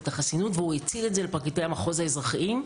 החסינות והוא האציל את זה לפרקליטי המחוז האזרחיים,